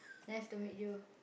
nice to meet you